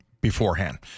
beforehand